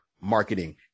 marketing